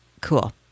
cool